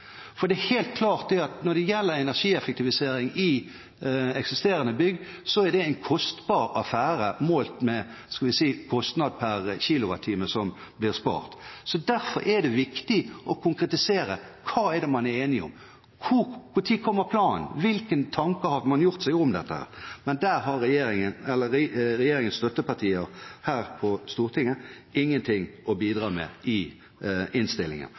For det er helt klart at når det gjelder energieffektivisering i eksisterende bygg, er det en kostbar affære målt med kostnad per spart kWh. Derfor er det viktig å konkretisere hva man er enige om; når kommer planen, hvilke tanker har man gjort seg om dette. Men der har regjeringens støttepartier her på Stortinget ingenting å bidra med i innstillingen,